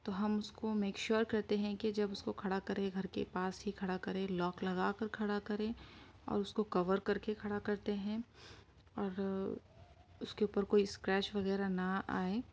تو ہم اس کو میک شیور کرتے ہیں کہ جب اس کو کھڑا کرے گھر کے پاس ہی کھڑا کرے لاک لگا کر کھڑا کریں اور اس کو کور کر کے کھڑا کرتے ہیں اور اس کے اوپر کوئی اسکریچ وغیرہ نہ آئیں